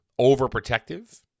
overprotective